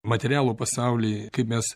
materialų pasaulį kaip mes